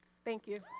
thank you.